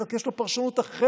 רק יש לו פרשנות אחרת